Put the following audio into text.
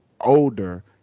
Older